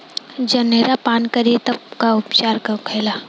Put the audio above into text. जनेरा पान करी तब उपचार का होखेला?